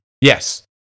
Yes